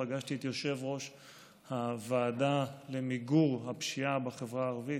פגשתי את יושב-ראש הוועדה למיגור הפשיעה בחברה הערבית